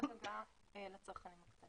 עד הגעה לצרכנים.